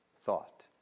thought